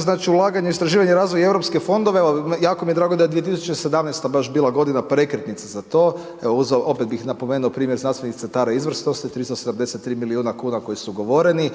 znači ulaganje u istraživanje i razvoj i europske fondove. Jako mi je drago da je 2017. baš bila godina prekretnica za to. Evo opet bih napomenuo primjer znanstvenih centara izvrsnosti 373 milijuna kuna koji su ugovoreni.